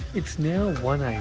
it's now one am,